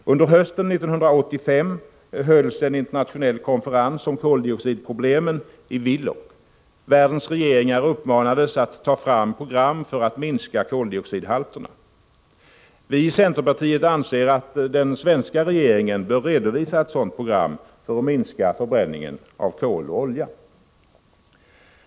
Under hösten 1985 hölls en internationell konferens om koldioxidproblemen i Willock. Världens regeringar uppmanades att ta fram program för att minska koldioxidhalterna. Vii centerpartiet anser att den svenska regeringen bör redovisa ett sådant program för att minska förbränningen av olja och kol.